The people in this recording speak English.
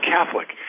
Catholic